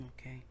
Okay